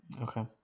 Okay